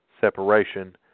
separation